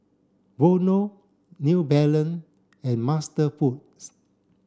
Vono New Balance and MasterFoods